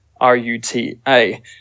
R-U-T-A